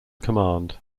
command